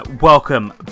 welcome